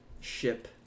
ship